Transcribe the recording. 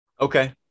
Okay